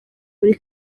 muri